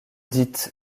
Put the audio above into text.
dites